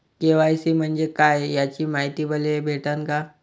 KYC म्हंजे काय याची मायती मले भेटन का?